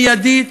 מיידית,